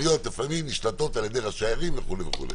לפעמים נשלטות על ידי ראשי ערים וכו'.